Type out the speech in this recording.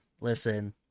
listen